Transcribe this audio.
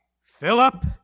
Philip